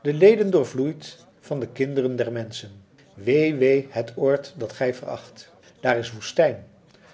de leden doorvloeit van de kinderen der menschen wee wee het oord dat gij veracht dààr is woestijn